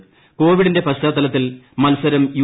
ഹർജി കോവിഡിന്റെ പശ്ചാത്തലത്തിൽ മത്സരം യു